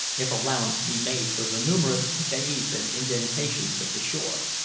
if allowance be made for the numerous bays and indentations of the shore.